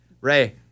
Ray